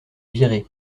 virée